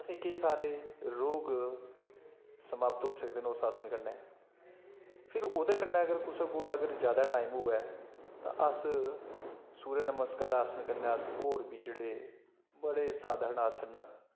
असें ई केईं सारे रोग समाप्त होई सकदे न उस आसन कन्नै फिर ओह्दे कन्नै अगर कुसै कोल अगर जादा टाइम होऐ तां अस सूर्य नमस्कार आसन कन्नै अस होर बी जेह्ड़े बड़े साधारण आसन न